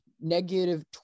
negative